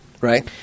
Right